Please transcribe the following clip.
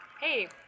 hey